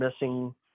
missing